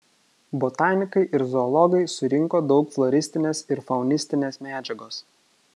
botanikai ir zoologai surinko daug floristinės ir faunistinės medžiagos